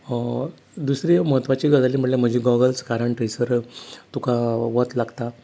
दुसरी महत्वाची गजाल म्हणल्यार म्हजी गोगल्स कारण थंयसर तुका वत लागता